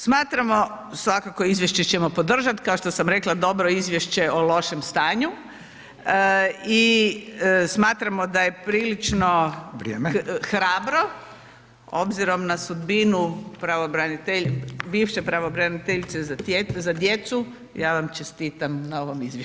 Smatramo, svakako izvješće ćemo podržat, kao što sam rekla dobro izvješće o lošem stanju i smatramo da je prilično [[Upadica: Vrijeme]] hrabro obzirom na sudbinu bivše pravobraniteljice za djecu, ja vam čestitam na ovom izvješću.